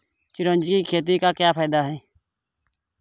चिरौंजी की खेती के क्या फायदे हैं?